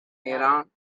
iran